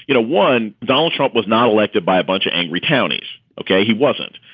you know, one, donald trump was not elected by a bunch of angry counties. ok. he wasn't.